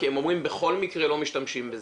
כי הם אומרים שבכל מקרה לא משתמשים בזה.